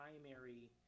primary